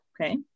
Okay